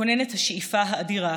מקננת השאיפה האדירה